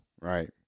right